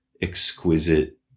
exquisite